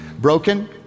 broken